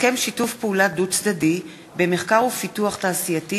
הסכם שיתוף פעולה דו-צדדי במחקר ופיתוח תעשייתי